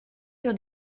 sur